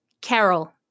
Carol